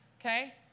Okay